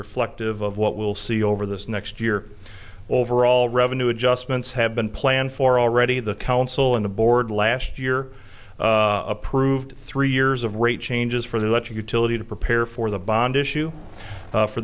reflective of what we'll see over this next year overall revenue adjustments have been planned for already the counsel in the board last year approved three years of rate changes for the much utility to prepare for the bond issue for